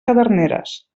caderneres